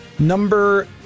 Number